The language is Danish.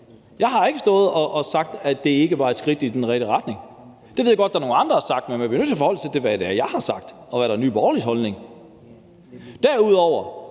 Jeg har ikke stået og sagt, at det ikke var et skridt i den rigtige retning. Det ved jeg godt der er nogle andre der har sagt, men man bliver nødt til at forholde sig til, hvad det er, jeg har sagt, og hvad der er Nye Borgerliges holdning. Derudover